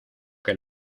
que